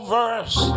verse